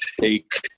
take